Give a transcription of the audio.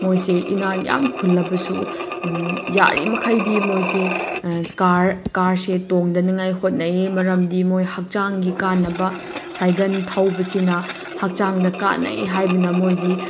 ꯃꯣꯏꯁꯦ ꯏꯅꯥꯛ ꯌꯥꯃ ꯈꯨꯜꯂꯕꯁꯨ ꯖꯥꯔꯤꯃꯈꯩꯗꯤ ꯃꯣꯏꯁꯦ ꯀꯥꯔ ꯀꯥꯔꯁꯦ ꯇꯣꯡꯗꯅꯤꯡꯉꯥꯏ ꯍꯣꯠꯅꯩ ꯃꯔꯝꯗꯤ ꯃꯣꯏ ꯍꯛꯆꯥꯡꯒꯤ ꯀꯥꯟꯅꯕ ꯁꯥꯏꯒꯟ ꯊꯧꯕꯁꯤꯅ ꯍꯛꯆꯥꯡꯗ ꯀꯥꯟꯅꯩ ꯍꯥꯏꯕꯅ ꯃꯣꯏꯗꯤ